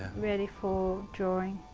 ready for drawing.